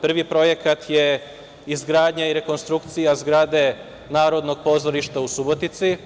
Prvi projekat je izgradnja i rekonstrukcija zgrade Narodnog pozorišta u Subotici.